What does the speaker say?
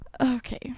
Okay